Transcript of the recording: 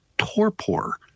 Torpor